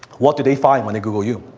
what do they find when they google you?